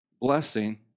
blessing